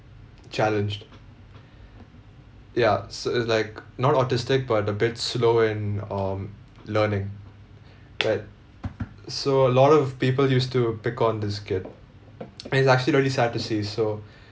challenged ya so it's like not autistic but a bit slow in um learning and so a lot of people used to pick on this kid it's actually really sad to see so